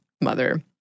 Mother